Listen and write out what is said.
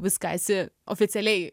viską esi oficialiai